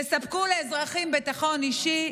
תספקו לאזרחים ביטחון אישי,